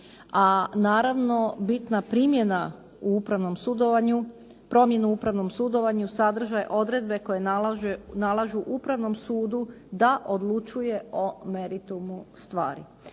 A naravno, bitna primjena u upravnom sudovanju, promjenu u upravnom sudovanju, sadržaj odredbe koje nalažu Upravnom sudu da odlučuje o meritumu stvari.